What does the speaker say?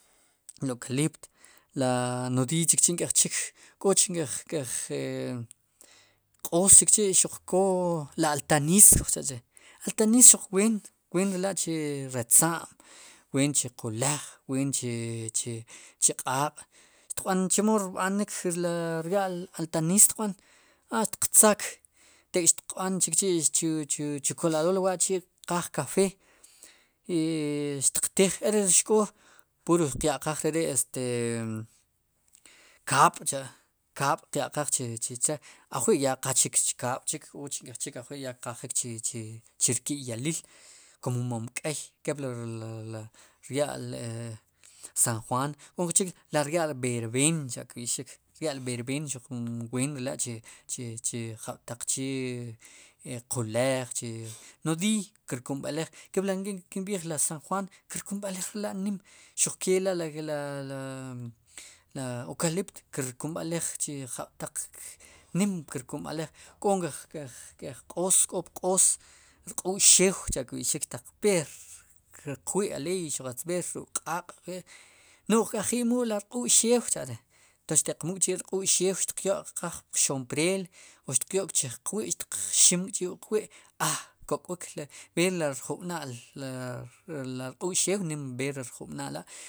Lo klipt la nohiiy chikchi'nk'ej chik koch nk'ej k'ej q'oos chikchi' k'oo la altaniis kuj cha'che altanis xuq ween wem re la' chu ratza'm ween chu qulaj ween chi chi q'aq'xtiq b'an chemo rb'anik ri rya'l altaniis xtiq b'an xtiq tzak tek'xtiq b'an chik chi chu chu chu kolador wa'chi' kqaaj kafe' i xtiq tiij e ri xk'o pur tiq ya'qaj re ri kaab'cha' kaab' tya'qaj chicha' ajwi' ya qach chik kaab' chik qya'qaaj k'och nk'ejchik ajwi' ya kqajik chi chirki'yaliil kum mom k'ey mepli le le rya'l sanjuan k'o jun chik rya'l b'erb'een cha' kb'i'xik b'erb'en xuq ween rela' chi chi jab'taq che qulaaj e nodiiy kumb'eley kepli kinb'iij rmi san juaan kirkinb'ej rela'nim xuq le la la la eukalipt kirkub'alej chu jab'taq nim kirkub'alej k'o nk'ej k'ej k'ej q'oos k'o pq'oos rq'u'x xew cha' kb'ixik taq b'er riq wi'aleey b'eer ruk' q'aq' no'j k'a ji'mu'l ri rq'uu xeew chaa're entonces xti'q mu'l k'chi' ri rq'uu' xeew xtiq xyo'xqaj pxompreel o xtiq yo'k chij qwi' xtiq xim k'chi' wuq wi' a k'ok'wik le b'er ri rjub'na'al ri rq'uu xeew b'eer nim ri rjub'naal la'.